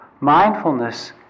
Mindfulness